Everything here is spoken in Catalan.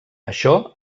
això